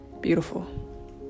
Beautiful